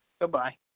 Goodbye